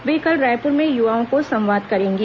वे कल रायपुर में युवाओं से संवाद करेंगी